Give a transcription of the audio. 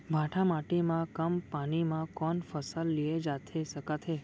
भांठा माटी मा कम पानी मा कौन फसल लिए जाथे सकत हे?